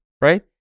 right